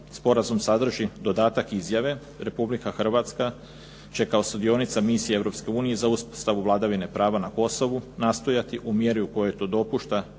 sporazum sadrži dodatak izjave. Republika Hrvatska će kao sudionica misije Europske unije za uspostavu vladavine prava na Kosovu nastojati u mjeri u kojoj to dopušta